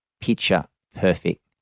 picture-perfect